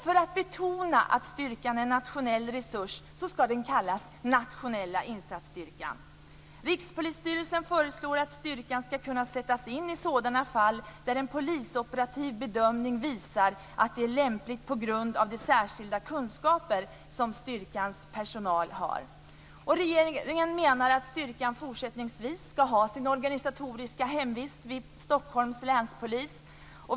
För att betona att styrkan är en nationell resurs ska den kallas just Nationella insatsstyrkan. Rikspolisstyrelsen föreslår att styrkan ska kunna sättas in i sådana fall där en polisoperativ bedömning visar att det är lämpligt på grund av de särskilda kunskaper som styrkans personal har. Regeringen menar att styrkan fortsättningsvis ska ha sin organisatoriska hemvist vid Stockholms länspolis.